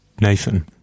Nathan